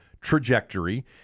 trajectory